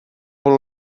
punt